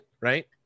Right